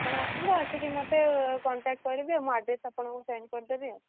ଆପଣ ଆସନ୍ତୁ ଆସିକି ମୋତେ କଣ୍ଟାକ୍ଟ କରିବେ ମୋ ଆଡ଼୍ରେସ୍ ଆପଣଙ୍କୁ ସେଣ୍ଡ କରିଦେବି ଆଉ